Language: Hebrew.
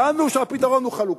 הבנו שהפתרון הוא חלוקה,